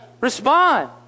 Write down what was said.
Respond